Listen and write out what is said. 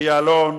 בוגי יעלון,